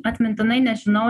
atmintinai nežinau